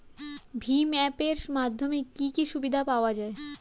ভিম app এর মাধ্যমে কি কি সুবিধা পাওয়া যায়?